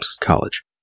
college